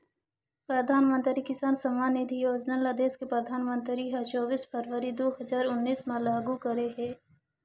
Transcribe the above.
परधानमंतरी किसान सम्मान निधि योजना ल देस के परधानमंतरी ह चोबीस फरवरी दू हजार उन्नीस म लागू करे हे